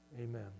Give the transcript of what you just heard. Amen